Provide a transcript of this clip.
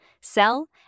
sell